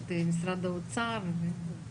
את משרד האוצר.